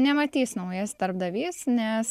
nematys naujas darbdavys nes